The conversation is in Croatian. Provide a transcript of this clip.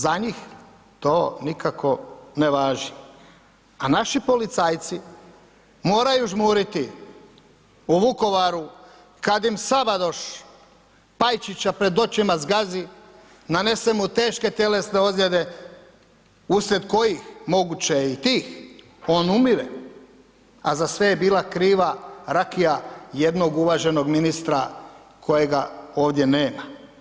Za njih to nikako ne važi, a naši policajci moraju žmuriti u Vukovaru kad im Savadoš Pajčića pred očima zgazi, nanese mu teške tjelesne ozljede uslijed kojih, moguće je i tih, on umire, a za sve je bila kriva rakija jednog uvaženog ministra kojega ovdje nema.